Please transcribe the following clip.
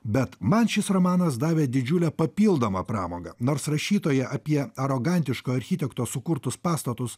bet man šis romanas davė didžiulę papildomą pramogą nors rašytoja apie arogantiško architekto sukurtus pastatus